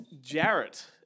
Jarrett